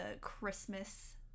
Christmas